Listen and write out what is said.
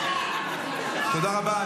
תודה רבה.